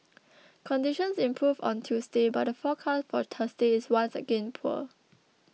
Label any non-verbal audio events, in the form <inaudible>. <noise> conditions improved on Tuesday but the forecast for Thursday is once again poor